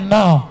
now